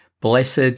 Blessed